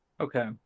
Okay